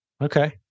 Okay